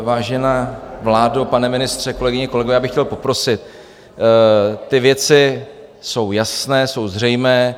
Vážená vládo, pane ministře, kolegyně, kolegové, já bych chtěl poprosit, ty věci jsou jasné, jsou zřejmé.